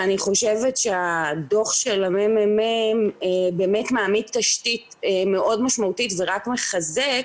אני חושבת שהדו"ח של הממ"מ באמת מעמיד תשתית מאוד משמעותית ורק מחזק